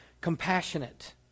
compassionate